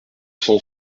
cent